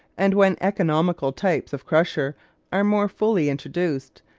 and when economical types of crusher are more fully introduced,